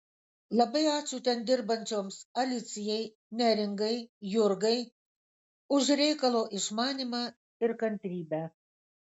labai ačiū ten dirbančioms alicijai neringai jurgai už reikalo išmanymą ir kantrybę